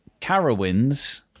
Carowinds